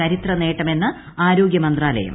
ചരിത്ര നേട്ടമെന്ന് ആരോഗൃ മന്ത്രാലയം